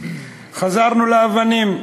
חזרנו לאבנים.